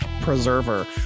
preserver